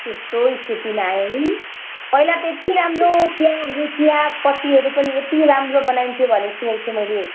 त्यस्तो स्थितिमा आयो नि पहिला त्यति राम्रो चिया चियापत्तीहरू पनि यति राम्रो बनाइन्थ्यो भनेको सुनेको थिएँ मैले